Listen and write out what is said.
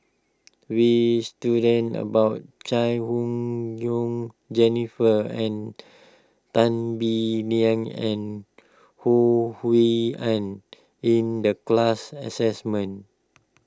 we student about Chai Hon Yoong Jennifer and Tan Bee Leng and Ho Hui An in the class assessment